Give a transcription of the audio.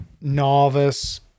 novice